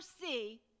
see